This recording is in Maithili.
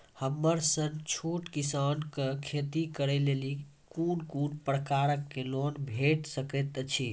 हमर सन छोट किसान कअ खेती करै लेली लेल कून कून प्रकारक लोन भेट सकैत अछि?